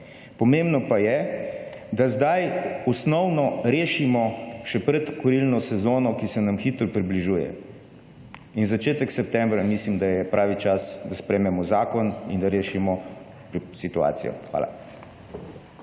Pomembno pa je, da zdaj osnovno rešimo še pred kurilno sezono, ki se nam hitro približuje in začetek septembra mislim, da je pravi čas, da sprejmemo zakon in da rešimo to situacijo. Hvala.